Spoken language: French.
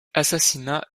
assassinat